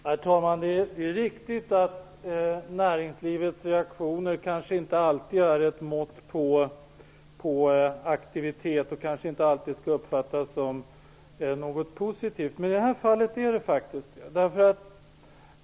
Herr talman! Det är riktigt att näringslivets reaktioner kanske inte alltid är ett mått på aktivitet och kanske inte alltid skall uppfattas som någonting positivt. Men i det här fallet är de faktiskt det.